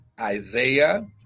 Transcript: Isaiah